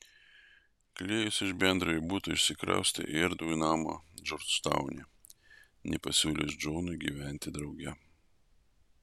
klėjus iš bendro jų buto išsikraustė į erdvų namą džordžtaune nepasiūlęs džonui gyventi drauge